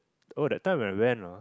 oh that time when I went ah